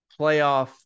playoff